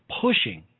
pushing